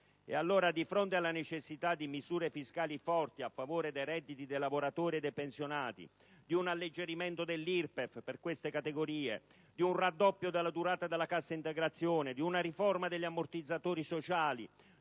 Allora, di fronte alla necessità di misure fiscali forti a favore dei redditi dei lavoratori e dei pensionati, di un alleggerimento dell'IRPEF per queste categorie, di un raddoppio della durata della cassa integrazione, di una riforma degli ammortizzatori sociali,